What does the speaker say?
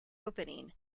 opening